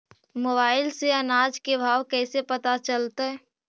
Mobile से अनाज के भाव कैसे पता चलतै?